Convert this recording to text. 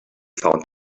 found